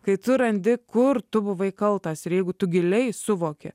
kai tu randi kur tu buvai kaltas ir jeigu tu giliai suvoki